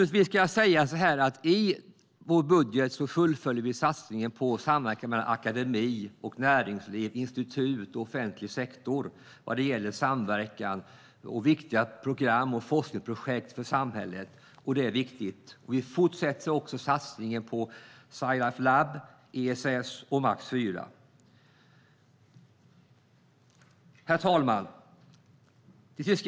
I vår budget fullföljer vi satsningen på samverkan mellan akademi, näringsliv, institut och offentlig sektor vad gäller samverkan, viktiga program och forskningsprojekt för samhället. Det är viktigt. Vi fortsätter också satsningen på Sci Life Lab, ESS och Max IV. Herr talman!